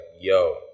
yo